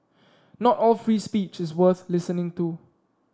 not all free speech is worth listening to